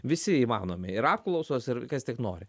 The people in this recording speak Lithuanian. visi įmanomi ir apklausos ir kas tik nori